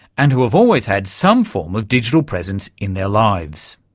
and who have always had some form of digital presence in their lives.